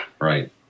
Right